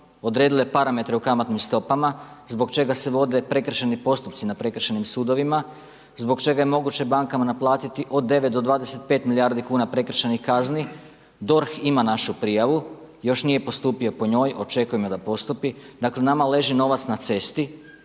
odredile parametre u kamatnim stopama zbog čega se vode prekršajni postupci na prekršajnim sudovima, zbog čega je moguće bankama naplatiti od 9 do 25 milijardi kuna prekršajnih kazni. DORH ima našu prijavu, još nije postupio po njoj, očekujemo da postupi. Dakle nama leži novac na cesti.